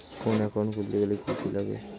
কোন একাউন্ট খুলতে গেলে কি কি লাগে?